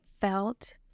felt